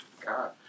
God